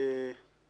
אביטל בגין.